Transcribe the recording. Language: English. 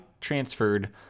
transferred